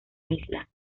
isla